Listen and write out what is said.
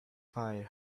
fire